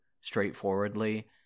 straightforwardly